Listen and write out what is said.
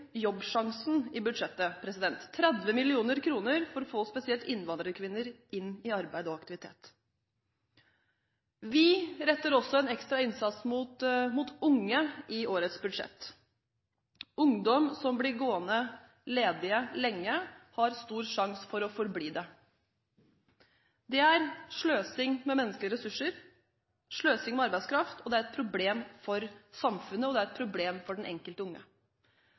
Jobbsjansen i budsjettet – 30 mill. kr for å få spesielt innvandrerkvinner inn i arbeid og aktivitet. Vi retter også en ekstra innsats mot unge i årets budsjett. Ungdom som blir gående ledig lenge, har stor risiko for å forbli det. Det er sløsing med menneskelige ressurser, sløsing med arbeidskraft. Det er et problem for samfunnet, og det er et problem for den enkelte unge. En må starte tidlig for å bygge gode liv. Når de unge